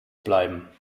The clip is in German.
bleiben